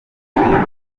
kwiyongera